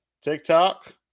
TikTok